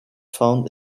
found